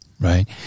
Right